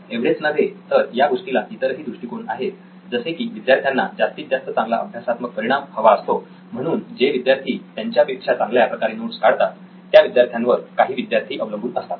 एवढेच नव्हे तर या गोष्टीला इतरही दृष्टिकोन आहेत जसे की विद्यार्थ्यांना जास्तीत जास्त चांगला अभ्यासात्मक परिणाम हवा असतो म्हणून जे विद्यार्थी त्यांच्यापेक्षा चांगल्या प्रकारे नोट्स काढतात त्या विद्यार्थ्यांवर काही विद्यार्थी अवलंबून असतात